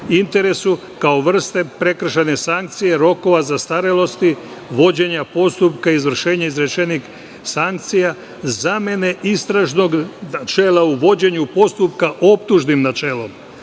interesu kao vrste prekršajne sankcije, rokova zastarelosti, vođenja postupka izvršenje izrečenih sankcija, zamene istražnog načela u vođenju postupka optužnim načelom,